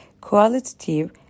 Qualitative